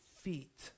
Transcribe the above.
feet